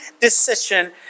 decision